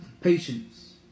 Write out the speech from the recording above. patience